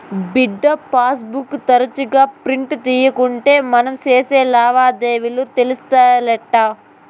బిడ్డా, passbook తరచుగా print తీయకుంటే మనం సేసే లావాదేవీలు తెలిసేటెట్టా